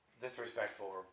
disrespectful